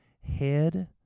head